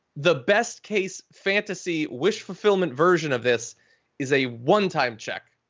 the best case fantasy wish fulfillment version of this is a one time check,